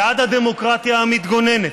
בעד הדמוקרטיה המתגוננת,